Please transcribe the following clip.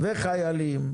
וחיילים.